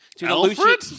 Alfred